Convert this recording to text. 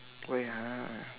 wait ah